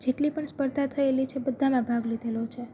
જેટલી પણ સ્પર્ધા થયેલી છે બધામાં ભાગ લીધેલો છે